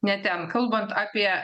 ne ten kalbant apie